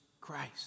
Christ